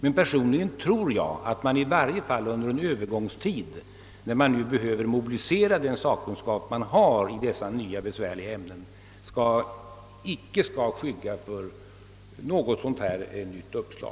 Men personligen tror jag att vi under en övergångstid, när vi behöver mobilisera den sakkunskap man har i dessa nya och besvärliga ämnen, icke bör skygga för ett sådant här nytt uppslag.